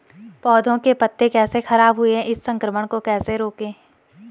पौधों के पत्ते कैसे खराब हुए हैं इस संक्रमण को कैसे रोकें?